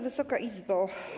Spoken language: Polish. Wysoka Izbo!